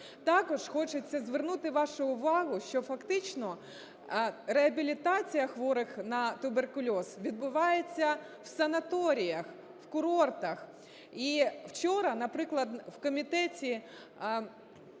Також хочеться звернути вашу увагу, що фактично реабілітація хворих на туберкульоз відбувається в санаторіях, в курортах. І вчора, наприклад, в Комітеті